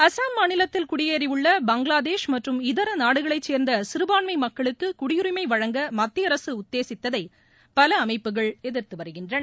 அசாம் மாநிலத்தில் குடியேறியுள்ள பங்களாதேஷ் மற்றும் இதர நாடுகளைச் சேர்ந்த சிறபான்மை மக்களுக்கு குடியுரிமை வழங்க மத்திய அரசு உத்தேசித்ததை பல அமைப்பபுகள் எதிர்த்து வருகின்றன